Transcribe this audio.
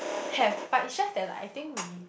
have but it's just that like I think we